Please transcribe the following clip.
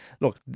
Look